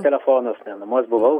telefonas namuos buvau